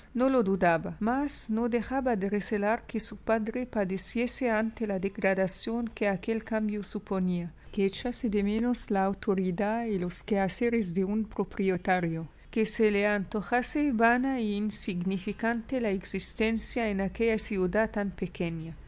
no io dudaba mas no dejaba de recelar que su padre padeciese ante la degradación que aquel cambio suponía que echase de menos la autoridad y los quehaceres de un propietario que se le antojase vana e insignificante la existencia en aquella ciudad tan pequeña